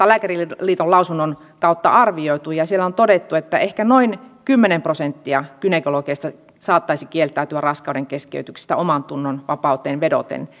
lääkäriliiton lausunnon kautta arvioitu ja siellä on todettu että ehkä noin kymmenen prosenttia gynekologeista saattaisi kieltäytyä raskaudenkeskeytyksistä omantunnonvapauteen vedoten